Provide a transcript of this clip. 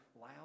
loud